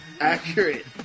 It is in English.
Accurate